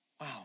Wow